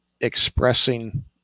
expressing